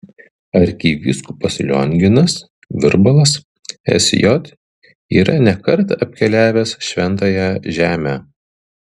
arkivyskupas lionginas virbalas sj yra ne kartą apkeliavęs šventąją žemę